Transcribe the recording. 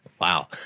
wow